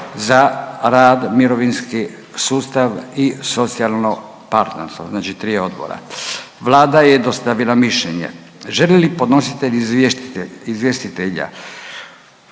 za rad, mirovinski sustav i socijalno partnerstvo. Znači tri odbora. Vlada je dostavila mišljenje. Žele li podnositelji izvjestitelja,